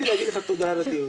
רציתי להגיד לך תודה על הדיון.